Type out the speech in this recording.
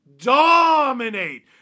DOMINATE